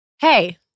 Hey